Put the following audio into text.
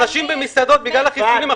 אנשים נמצאים במסעדות בגלל החיסונים.